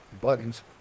buttons